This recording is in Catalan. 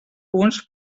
punts